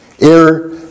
air